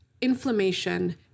inflammation